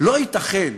ואנחנו צריכים